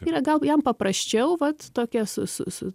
yra gal jam paprasčiau vat tokia su su su